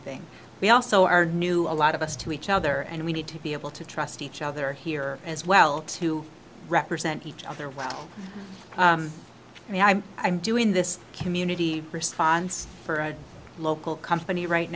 thing we also are new a lot of us to each other and we need to be able to trust each other here as well to represent each other well i mean i'm i'm doing this community response for a local company right